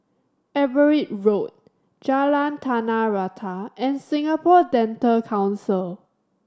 Everitt Road Jalan Tanah Rata and Singapore Dental Council